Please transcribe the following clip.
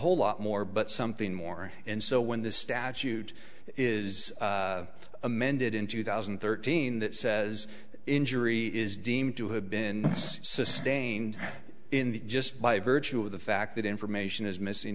whole lot more but something more and so when this statute is amended in two thousand and thirteen that says injury is deemed to have been sustained in the just by virtue of the fact that information is missing